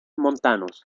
montanos